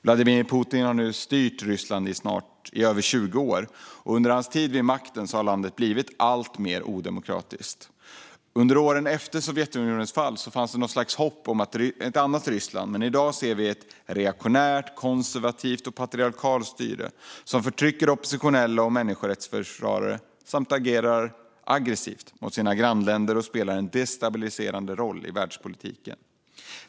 Vladimir Putin har nu styrt Ryssland i över 20 år, och under hans tid vid makten har landet blivit alltmer odemokratiskt. Under åren efter Sovjetunionens fall fanns det något slags hopp om ett annat Ryssland. Men i dag ser vi ett reaktionärt, konservativt och patriarkalt styre som förtrycker oppositionella och människorättsförsvarare samt agerar aggressivt mot sina grannländer och spelar en destabiliserande roll i världspolitiken.